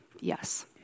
yes